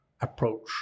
approach